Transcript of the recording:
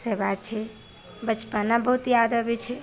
से बात छै बचपना बहुत याद अबै छै